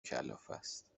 کلافست